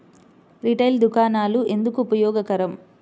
Retail దుకాణాలు ఎందుకు ఉపయోగకరం?